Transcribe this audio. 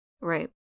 Right